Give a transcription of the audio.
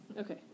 Okay